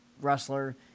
wrestler